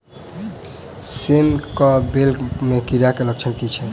सेम कऽ बेल म कीड़ा केँ लक्षण की छै?